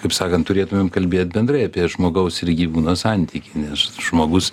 kaip sakant turėtumėm kalbėt bendrai apie žmogaus ir gyvūno santykį nes žmogus